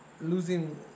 losing